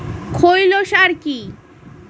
খৈল সার কি?